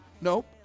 Nope